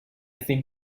think